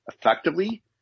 effectively